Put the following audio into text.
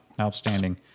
Outstanding